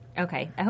Okay